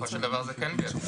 בסופו של דבר זה כן בידיכם.